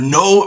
no